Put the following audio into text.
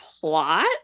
plot